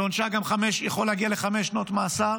שעונשה גם יכול להגיע לחמש שנות מאסר